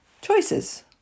choices